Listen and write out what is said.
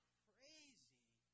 crazy